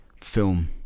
film